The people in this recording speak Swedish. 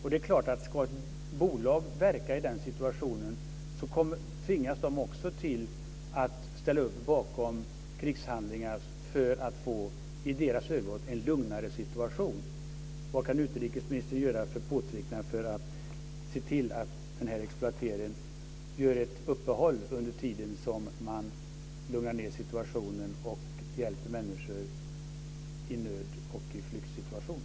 Ska bolag verka i den situationen tvingas de också till att ställa upp bakom krigshandlingar för att få i deras ögon en lugnare situation. Vad kan utrikesministern göra för påtryckningar för att se till att det görs ett uppehåll i exploateringen under tiden som man lugnar ned situationen och hjälper människor i nöd och flyktsituation?